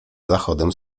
zachodem